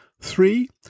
three